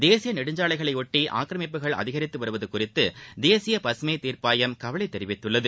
தேசிய நெடுஞ்சாலைகளை யொட்டி ஆக்கிரமிப்புகள் அதிகரித்து வருவது குறித்து தேசிய பசுமை தீர்ப்பாயம் கவலை தெரிவித்துள்ளது